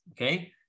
okay